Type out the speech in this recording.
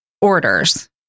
orders